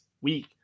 week